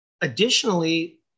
Additionally